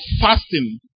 fasting